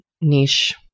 niche